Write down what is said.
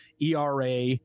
ERA